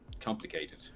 Complicated